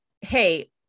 hey